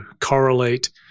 correlate